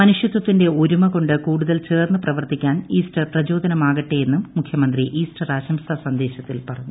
മനുഷ്യത്തിന്റെ ഒരുമ കൊണ്ട് കൂടുതൽ ചേർന്ന് പ്രവർത്തിക്കാൻ ഇൌസ്റ്റർ പ്രചോദനമാകട്ടെയെന്നും മുഖ്യമന്ത്രി ഈസ്റ്റർ ആശംസ സന്ദേശത്തിൽ പറഞ്ഞു